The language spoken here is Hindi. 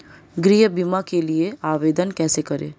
गृह बीमा के लिए आवेदन कैसे करें?